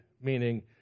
meaning